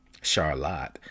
Charlotte